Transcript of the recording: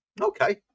Okay